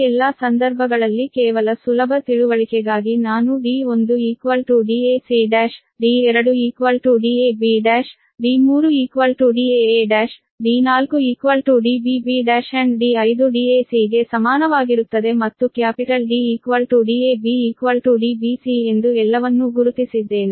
ಈ ಎಲ್ಲಾ ಸಂದರ್ಭಗಳಲ್ಲಿ ಕೇವಲ ಸುಲಭ ತಿಳುವಳಿಕೆಗಾಗಿ ನಾನು d1dac1 d2 dab1 d3 daa1 d4 dbb1 and d5 dac ಗೆ ಸಮಾನವಾಗಿರುತ್ತದೆ ಮತ್ತು ಕ್ಯಾಪಿಟಲ್ D dab dbc ಎಂದು ಎಲ್ಲವನ್ನೂ ಗುರುತಿಸಿದ್ದೇನೆ